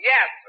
Yes